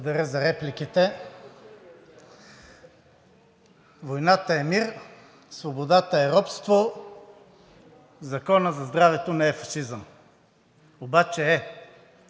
Благодаря за репликите. Войната е мир, свободата е робство, Законът за здравето не е фашизъм. Обаче е.